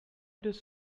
does